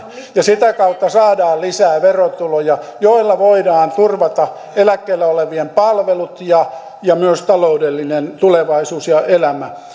ja sitä kautta saadaan lisää verotuloja joilla voidaan turvata eläkkeellä olevien palvelut ja ja myös taloudellinen tulevaisuus ja elämä